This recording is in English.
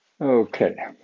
Okay